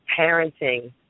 parenting